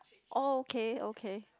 oh okay okay